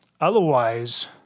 Otherwise